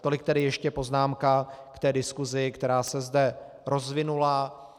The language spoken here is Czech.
Tolik tedy ještě poznámka k té diskusi, která se zde rozvinula.